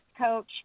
coach